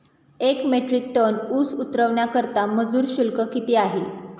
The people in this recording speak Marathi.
एक मेट्रिक टन ऊस उतरवण्याकरता मजूर शुल्क किती आहे?